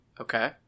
Okay